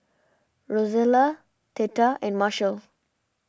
Rozella theta and Marshall